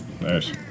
nice